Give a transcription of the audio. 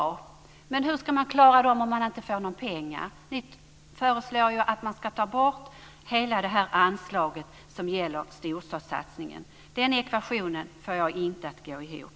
Men hur ska man klara dem utan pengar? Ni föreslår att man ska ta bort hela anslaget som gäller storstadssatsningen. Den ekvationen får jag inte att gå ihop.